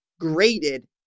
graded